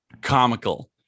comical